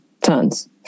tons